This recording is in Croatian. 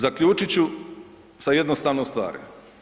Zaključit ću sa jednostavnom stvari.